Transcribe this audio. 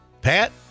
Pat